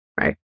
Right